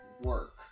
work